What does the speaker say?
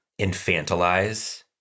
infantilize